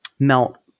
melt